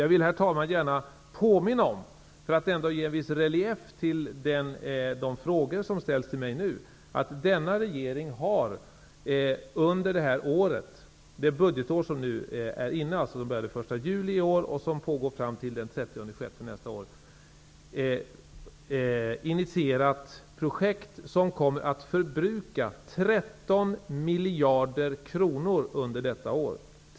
Jag vill, herr talman, gärna påminna, för att ge en viss relief till de frågor som nu ställs till mig, om att denna regering under det här budgetåret, som alltså löper från den 1 juli i år till den 30 juni nästa år, initierat projekt som kommer att förbruka 13 miljarder kronor.